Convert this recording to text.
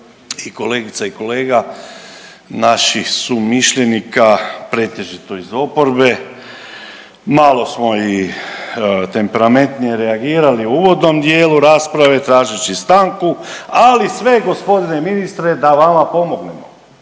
kolegica i kolega naših sumišljenika pretežito iz oporbe. Malo smo i temperamentnije reagirali u uvodnom dijelu rasprave tražeći stanku ali sve gospodine ministre da vama pomognemo,